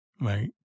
Right